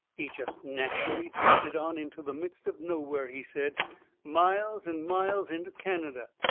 he jest natcherally drifted on into the midst of nowhere, he said miles and miles into canada.